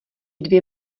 dvě